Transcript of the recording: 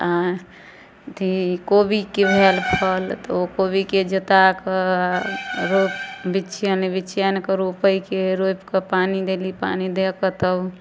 अथी कोबीके भेल फल तऽ ओ कोबीके जोता कऽ रोप बिछयैन बिछयैनके रोपैके रोपि कऽ पानि देली पानि दऽ कऽ तब